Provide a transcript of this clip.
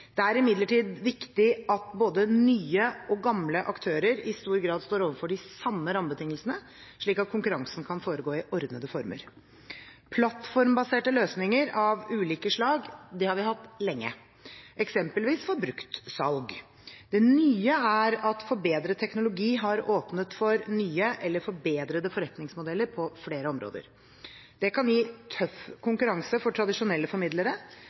Det er imidlertid viktig at både nye og gamle aktører i stor grad står overfor de samme rammebetingelsene, slik at konkurransen kan foregå i ordnede former. Plattformbaserte løsninger av ulike slag har vi hatt lenge, eksempelvis for bruktsalg. Det nye er at forbedret teknologi har åpnet for nye eller forbedrede forretningsmodeller på flere områder. Det kan gi tøff konkurranse for tradisjonelle formidlere